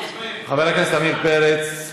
חבר הכנסת עמיר פרץ,